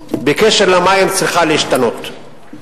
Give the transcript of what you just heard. בקשר למים צריכה להשתנות.